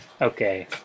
Okay